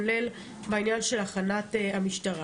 כולל בעניין של הכנת המשטרה.